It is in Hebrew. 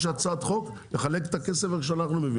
הצעת חוק לחלק את הכסף איך שאנחנו מבינים.